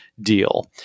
deal